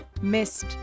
Missed